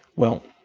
well,